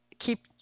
keep